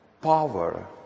power